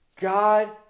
God